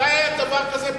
מתי היה דבר כזה,